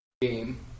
game